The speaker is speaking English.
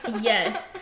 Yes